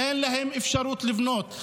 אין להם אפשרות לבנות.